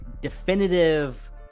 definitive